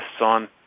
on